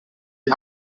die